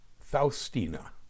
Faustina